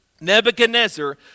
Nebuchadnezzar